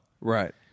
Right